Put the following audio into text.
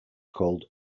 called